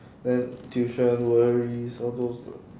then tuition worries all those